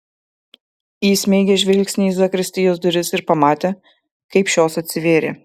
įsmeigė žvilgsnį į zakristijos duris ir pamatė kaip šios atsivėrė